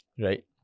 Right